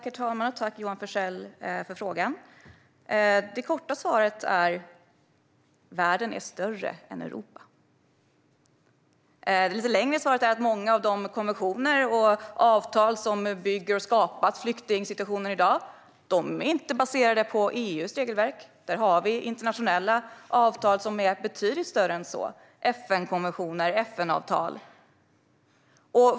Herr talman! Tack för frågan, Johan Forssell! Det korta svaret är att världen är större än Europa. Det lite längre svaret är att många av de konventioner och avtal som bygger och har skapat flyktingsituationen i dag inte är baserade på EU:s regelverk. Där har vi internationella avtal som är betydligt större än så. Det är FN-konventioner och FN-avtal.